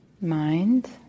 mind